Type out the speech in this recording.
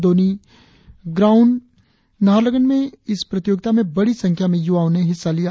Donyi ground Naharlagun में इस प्रतियोगिता में बड़ी संख्या में युवाओं ने हिस्सा लिया